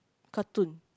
cartoon